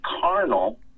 carnal